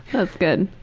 that's good.